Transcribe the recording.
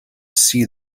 see